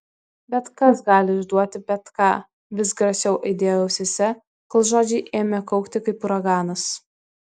bet kas gali išduoti bet ką vis garsiau aidėjo ausyse kol žodžiai ėmė kaukti kaip uraganas